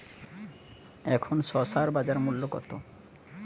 এখন শসার বাজার মূল্য কত?